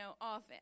often